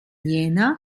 jena